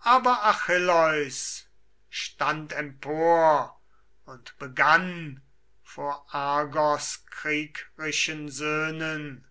aber achilleus stand empor und begann vor argos kriegrischen söhnen